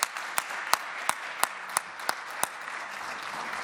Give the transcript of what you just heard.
מייד יעלה לברך